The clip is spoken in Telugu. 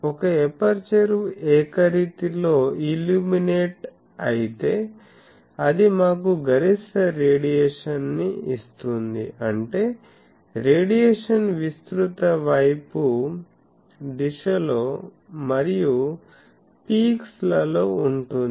ఒక ఎపర్చరు ఏకరీతిలో ఇల్యూమినేట్ అయితే అది మాకు గరిష్ట రేడియేషన్ ని ఇస్తుంది అంటే రేడియేషన్ విస్తృత వైపు దిశలో మరియు పీక్స్ లలో ఉంటుంది